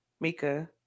Mika